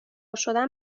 شدن